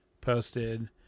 posted